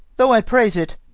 though i praise it,